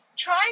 Try